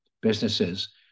businesses